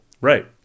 Right